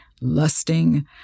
lusting